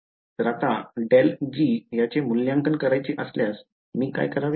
तर आता ∇g याचे मूल्यांकन करायचे असल्यास मी काय करावे